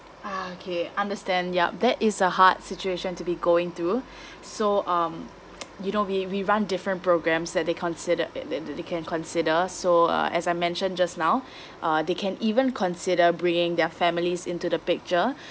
ah okay understand yup that is a hard situation to be going through so um you know we we run different programs that they considered that they they can consider so uh as I mention just now uh they can even consider bringing their families into the picture